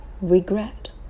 regret